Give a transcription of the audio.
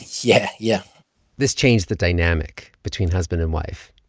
yeah. yeah this changed the dynamic between husband and wife.